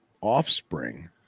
offspring